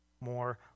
more